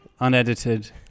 unedited